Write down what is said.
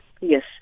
Yes